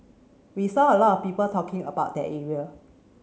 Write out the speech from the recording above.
we saw a lot of people talking about that area